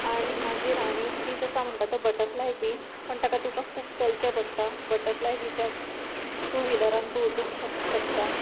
आनी मागीर आनी एक बीच आसा म्हणटा तो बटफ्लाय बीच पण ताका तुका खूब चलचें पडटा बटफ्लाय बिचाक टू व्हिलरान तूं वचूंक श शकता